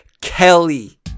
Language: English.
Kelly